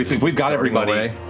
if we've got everybody.